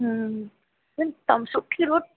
हम्म हिकदमि सुठी रोटी